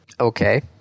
Okay